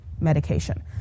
medication